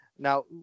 Now